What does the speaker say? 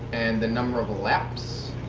and the number of laps?